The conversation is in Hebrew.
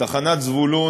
בתחנת זבולון,